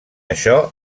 això